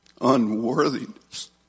unworthiness